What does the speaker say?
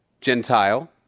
Gentile